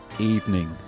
evening